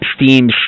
Steam